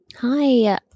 Hi